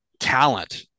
talent